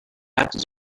happens